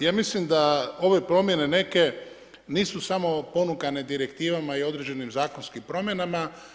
Ja mislim da ove promjene neke nisu samo ponukane direktivama i određenim zakonskim promjenama.